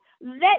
let